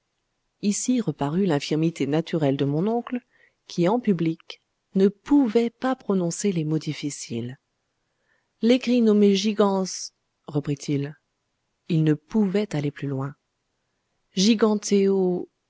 ici reparut l'infirmité naturelle de mon oncle qui en public ne pouvait pas prononcer les mots difficiles l'écrit nommé gigans reprit-il il ne pouvait aller plus loin